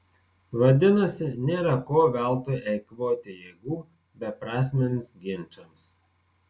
vadinasi nėra ko veltui eikvoti jėgų beprasmiams ginčams